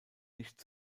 nicht